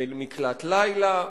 מקלט לילה.